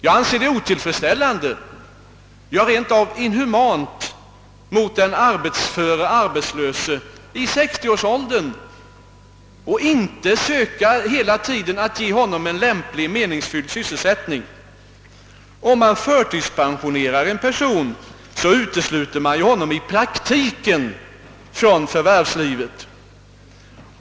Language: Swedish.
Jag anser det vara otillfredsställande, ja, rent av inhumant, att inte söka ge den arbetsföre arbetslöse i 60-årsåldern en lämplig meningsfylld sysselsättning. Personer som förtidspensioneras utesluts därmed i praktiken från förvärvslivet.